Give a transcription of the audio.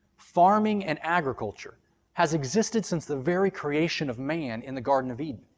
farming and agriculture has existed since the very creation of man in the garden of eden.